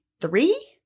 three